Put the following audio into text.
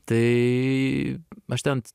tai aš ten